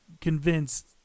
convinced